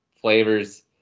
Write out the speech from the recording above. flavors